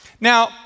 Now